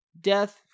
Death